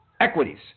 equities